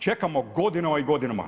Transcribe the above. Čekamo godinama i godinama.